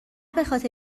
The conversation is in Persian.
بخاطر